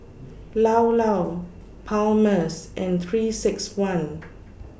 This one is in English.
Llao Llao Palmer's and three six one